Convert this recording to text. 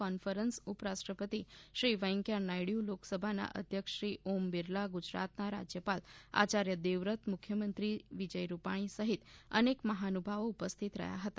conference ઉપરાષ્ટ્રપતિ શ્રી વૈકંયા નાયડુ લોકસભાના અધ્યક્ષ શ્રી ઓમ બિરલા ગુજરાતના રાજ્યપાલ આચાર્ય દેવવ્રત મુખ્યમંત્રી વિજય રૂપાણી સહિત અનેક મહાનુભાવો ઉપસ્થિત રહ્યાં હતા